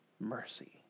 mercy